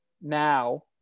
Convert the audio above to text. now